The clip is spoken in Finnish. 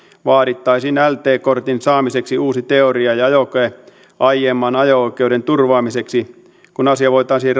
vaadittaisiin lt kortin saamiseksi uusi teoria ja ajokoe aiemman ajo oikeuden turvaamiseksi kun asia voitaisiin